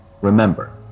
Remember